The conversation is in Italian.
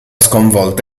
sconvolta